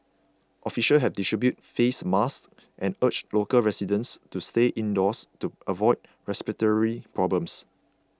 officials have distributed face masks and urged local residents to stay indoors to avoid respiratory problems